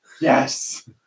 Yes